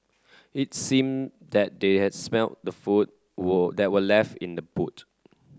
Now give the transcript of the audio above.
it seemed that they had smelt the food that were left in the boot